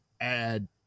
add